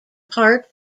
part